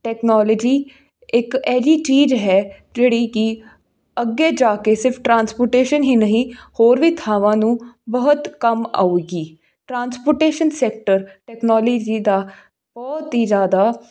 technology ਇੱਕ ਇਹ ਜਿਹੀ ਚੀਜ਼ ਹੈ ਜਿਹੜੀ ਕਿ ਅੱਗੇ ਜਾ ਕੇ ਸਿਰਫ਼ ਟਰਾਂਸਪੋਰਟੇਸ਼ਨ ਹੀ ਨਹੀਂ ਹੋਰ ਵੀ ਥਾਵਾਂ ਨੂੰ ਬਹੁਤ ਕੰਮ ਆਊਗੀ ਟਰਾਂਸਪੋਰਟੇਸ਼ਨ ਸੈਕਟਰ ਟੈਕਨੋਲਜੀ ਦਾ ਬਹੁਤ ਹੀ ਜ਼ਿਆਦਾ